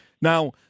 Now